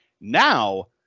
now